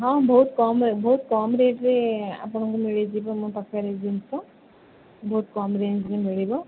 ହଁ ବହୁତ କମ୍ ବହୁତ କମ୍ ରେଟ୍ରେ ଆପଣଙ୍କୁ ମିଳିଯିବ ମୋ ପାଖରେ ଜିନିଷ ବହୁତ କମ୍ ରେଞ୍ଜ୍ରେ ମିଳିବ